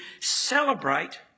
celebrate